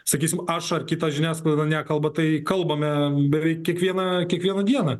sakysim aš ar kita žiniasklaida nekalba tai kalbame beveik kiekvieną kiekvieną dieną